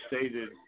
stated